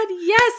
Yes